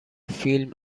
فیلم